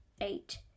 eight